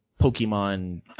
Pokemon